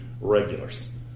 regulars